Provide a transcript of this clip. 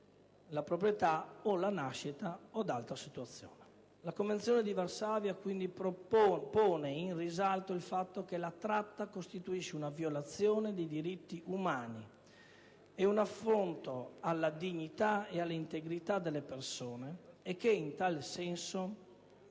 La Convenzione di Varsavia pone pertanto in risalto il fatto che la tratta costituisce una violazione dei diritti umani e un affronto alla dignità e all'integrità delle persone e che, in tal senso,